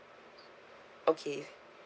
okay